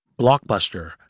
Blockbuster